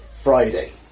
Friday